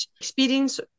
experience